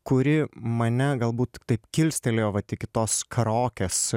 kuri mane galbūt taip kilstelėjo vat iki tos karaokės